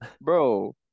bro